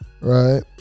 Right